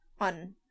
on